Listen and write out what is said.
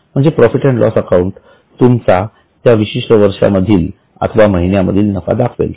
म्हणजे profit and loss account तुमचा त्या विशिष्ट वर्षांमधील अथवा महिन्यामधील नफा दाखवेल